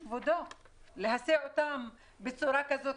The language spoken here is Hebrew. אי אפשר להסיע אותם בצורה כזאת.